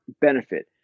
benefit